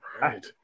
Right